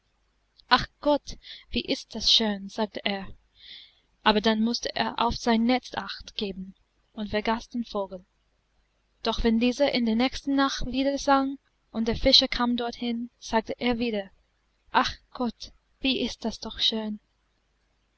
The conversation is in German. ach gott wie ist das schön sagte er aber dann mußte er auf sein netz acht geben und vergaß den vogel doch wenn dieser in der nächsten nacht wieder sang und der fischer kam dorthin sagte er wieder ach gott wie ist das doch schön